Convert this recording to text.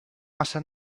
massa